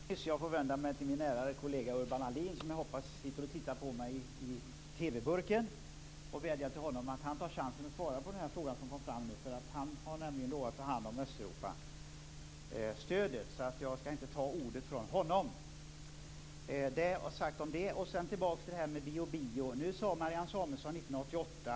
Fru talman! Ja, jag får säga som jag sade alldeles nyss; jag får vända mig till min ärade kollega Urban Ahlin, som jag hoppas sitter och tittar på mig i TV burken, och vädja till honom att han tar chansen att svara på den fråga som kom fram nu. Han har nämligen lovat att ta hand om Östeuropastödet, så jag skall inte ta ordet från honom. Men jag vill gå tillbaka till frågan om Bío-Bío. Nu nämnde Marianne Samuelsson 1988.